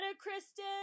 Kristen